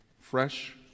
fresh